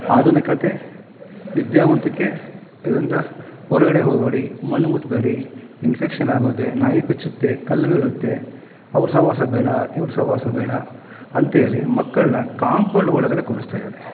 ಆಧುನಿಕತೆ ವಿದ್ಯಾವಂತಿಕೆ ಇದರಿಂದ ಹೊರಗಡೆ ಹೋಗಬೇಡಿ ಮಣ್ಣು ಮುಟ್ಟಬೇಡಿ ಇನ್ಫೆಕ್ಷನ್ ಆಗುತ್ತೆ ನಾಯಿ ಕಚ್ಚುತ್ತೆ ಕಲ್ಲು ಬೀಳುತ್ತೆ ಅವ್ರ ಸಹವಾಸ ಬೇಡ ಇವ್ರು ಸಹವಾಸ ಬೇಡ ಅಂಥೇಳಿ ಮಕ್ಕಳನ್ನ ಕಾಂಪೌಂಡ್ ಒಳಗಡೆ ಕೂರಿಸ್ತಾಯಿದ್ದಾರೆ